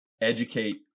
educate